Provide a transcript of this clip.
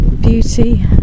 beauty